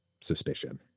suspicion